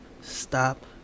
stop